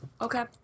Okay